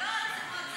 ולא המועצה המקומית.